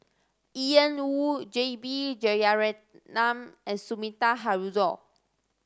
Ian Woo J B Jeyaretnam and Sumida Haruzo